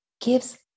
gives